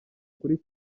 kuri